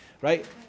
right